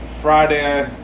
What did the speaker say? Friday